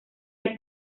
del